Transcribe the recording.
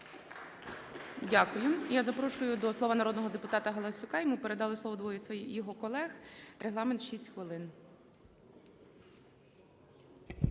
Дякую. Я запрошую до слова народного депутата Галасюка, йому передали слово двоє його колег, регламент 6 хвилин.